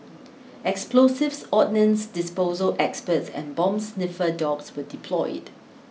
explosives ordnance disposal experts and bomb sniffer dogs were deployed